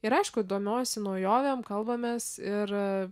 ir aišku domiuosi naujovėm kalbamės ir